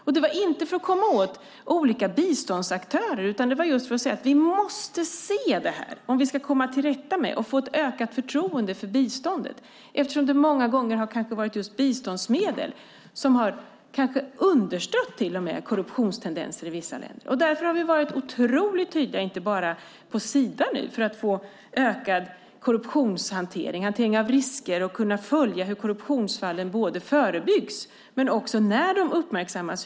Det handlade inte om att komma åt olika biståndsaktörer, utan det handlade just om att säga: Vi måste se det här om vi ska komma till rätta med det och få ett ökat förtroende för biståndet, eftersom det många gånger kanske har varit just biståndsmedel som till och med har understött korruptionstendenser i vissa länder. Därför har vi varit otroligt tydliga, inte bara på Sida, för att få bättre korruptionshantering, hantering av risker och för att kunna följa hur korruptionsfallen förebyggs och hur man hanterar dem när de uppmärksammas.